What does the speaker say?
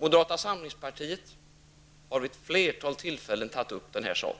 Moderata samlingspartiet har vid ett flertal tillfällen tagit upp denna fråga